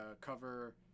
cover